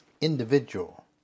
individual